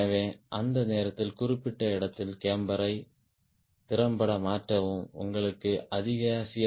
எனவே அந்த நேரத்தில் குறிப்பிட்ட இடத்தில் கேம்பரை திறம்பட மாற்றவும் உங்களுக்கு அதிக சி